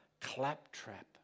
claptrap